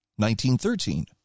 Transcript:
1913